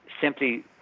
simply